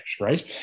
right